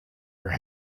her